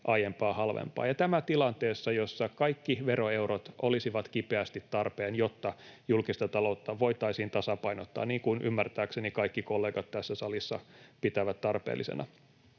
aiempaa halvempaa — ja tämä tilanteessa, jossa kaikki veroeurot olisivat kipeästi tarpeen, jotta julkista taloutta voitaisiin tasapainottaa, niin kuin ymmärtääkseni kaikki kollegat tässä salissa pitävät tarpeellisena.